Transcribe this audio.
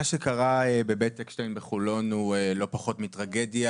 מה שקרה בבית אקשטיין בחולון הוא לא פחות מטרגדיה,